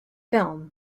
film